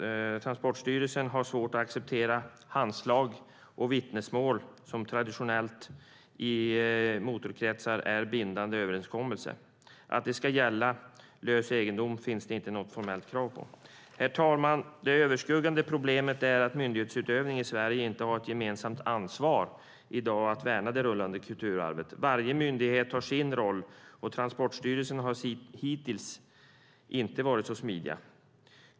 Transportstyrelsen har svårt att acceptera handslag och vittnesmål, som traditionellt är bindande överenskommelser i motorkretsar. Att det ska gälla lös egendom finns det inte något formellt krav på. Herr talman! Det överskuggande problemet är att myndigheterna i Sverige inte har ett gemensamt ansvar i dag att värna det rullande kulturarvet. Varje myndighet har sin roll, och Transportstyrelsen har hittills inte varit så smidig.